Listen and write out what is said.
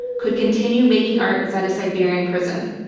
could continue making art inside of siberian prison.